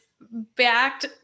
backed